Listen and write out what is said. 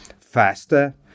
faster